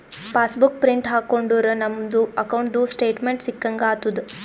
pass book print ಹಾಕೊಂಡುರ್ ನಮ್ದು ಅಕೌಂಟ್ದು ಸ್ಟೇಟ್ಮೆಂಟ್ ಸಿಕ್ಕಂಗ್ ಆತುದ್